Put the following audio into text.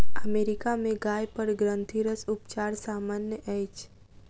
America में गाय पर ग्रंथिरस उपचार सामन्य अछि